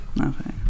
Okay